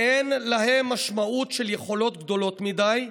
"אין להן משמעות של יכולות גדולות מדי"